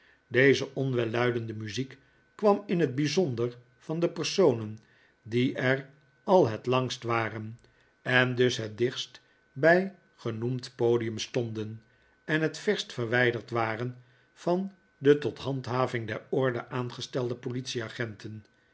deze onwelluidende muziek kwam in t bijzonder van de personen die er al het langst waren en dus het dichtst bij genoemd podium stonden en het verst verwijderd waren van de tot handhaving der orde aangestelde politie-agenten